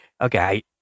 okay